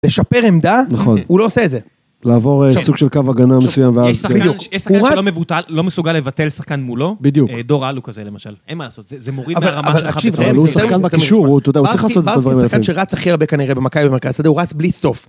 לשפר עמדה, הוא לא עושה את זה. לעבור סוג של קו הגנה מסוים, ואז... יש שחקן שלא מבוטל, לא מסוגל לבטל שחקן מולו. בדיוק. דור אלו כזה, למשל. אין מה לעשות, זה מוריד ברמת שלך. אבל הוא שחקן בקישור, הוא צריך לעשות את הדברים האלה. שחקן שרץ אחרי הרבה, כנראה, במכה ובמרכז, הוא רץ בלי סוף.